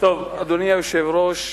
אדוני היושב-ראש,